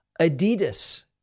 Adidas